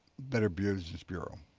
better business bureau,